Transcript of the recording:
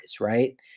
right